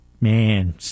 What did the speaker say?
Man